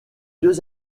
deux